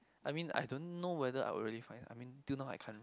I mean I don't know whether I will really find I mean till now I can't